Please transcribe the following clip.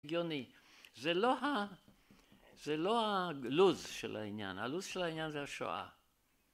הגיוני, זה לא זה לא הלוז של העניין, הלוז של העניין זה השואה